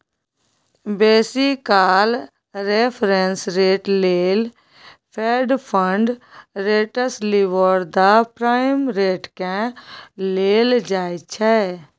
बेसी काल reference rate लेल fed fund rates, LIBOR, the prime रेटकेँ लेल जाइ छै